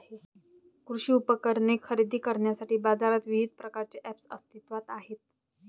कृषी उपकरणे खरेदी करण्यासाठी बाजारात विविध प्रकारचे ऐप्स अस्तित्त्वात आहेत